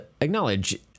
acknowledge